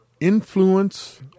influence